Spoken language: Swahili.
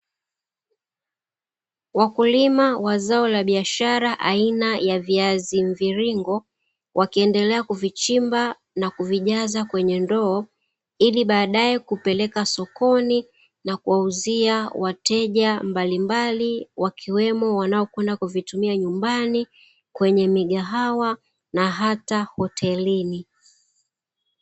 Wakulima wa zao la biashara aina ya viazi mviringo wakiendelea kuvichimba na kuvijaza kwenye ndoo ili baadae kupeleka sokoni na kuwauzia wateja mbalimbali wakiwemo wanaokwenda kuvitumia nyumbani, kwenye migahawa na hata hotelini.